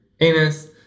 anus